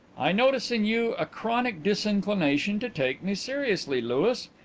i notice in you a chronic disinclination to take me seriously, louis.